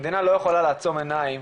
המדינה לא יכולה לעצום עיניים